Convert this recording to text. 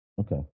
okay